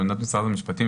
עמדת משרד המשפטים,